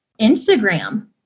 Instagram